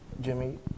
jimmy